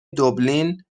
دوبلین